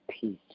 peace